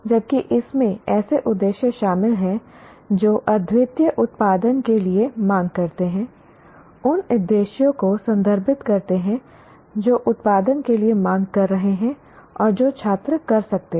जबकि इसमें ऐसे उद्देश्य शामिल हैं जो अद्वितीय उत्पादन के लिए मांग करते हैं उन उद्देश्यों को संदर्भित करते हैं जो उत्पादन के लिए मांग रहे हैं और जो छात्र कर सकते हैं